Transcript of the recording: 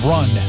Run